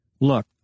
look